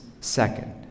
second